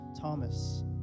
Thomas